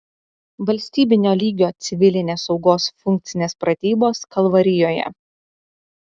valstybinio lygio civilinės saugos funkcinės pratybos kalvarijoje